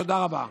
תודה רבה.